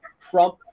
Trump